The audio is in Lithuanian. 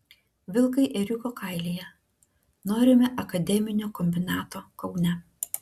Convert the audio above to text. vilkai ėriuko kailyje norime akademinio kombinato kaune